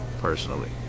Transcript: personally